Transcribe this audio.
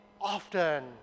often